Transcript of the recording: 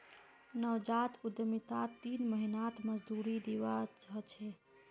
नवजात उद्यमितात तीन महीनात मजदूरी दीवा ह छे